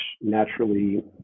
naturally